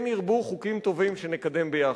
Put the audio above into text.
כן ירבו חוקים טובים שנקדם ביחד.